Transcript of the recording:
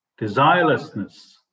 desirelessness